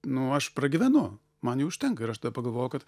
nu aš pragyvenu man jų užtenka ir aš pagalvojau kad